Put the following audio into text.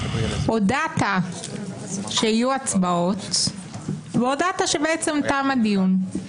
הודעת שיהיו הצבעות והודעת שבעצם תם הדיון.